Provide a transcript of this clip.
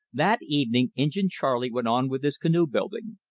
that evening injin charley went on with his canoe building.